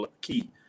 key